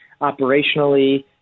operationally